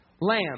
Lamb